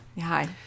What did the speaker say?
Hi